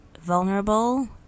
vulnerable